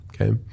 Okay